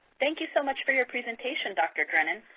thank you so much for your presentation, dr. drennen.